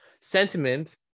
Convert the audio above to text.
Sentiment